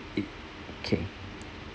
okay